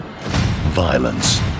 Violence